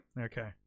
Okay